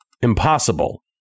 impossible